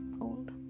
old